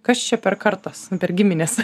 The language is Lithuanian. kas čia per kartos per giminės